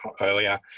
earlier